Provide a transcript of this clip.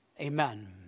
Amen